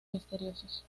misteriosos